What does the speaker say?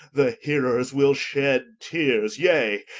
the hearers will shed teares yea,